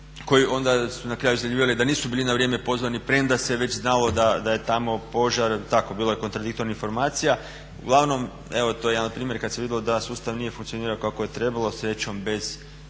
koji onda su na kraju doživjeli da nisu bili na vrijeme pozvani premda se već znalo da je tamo požar. Tako, bilo je kontradiktornih informacija. Uglavnom evo to je jedan primjer kad se vidjelo da sustav nije funkcionirao kako je trebalo, srećom bez većih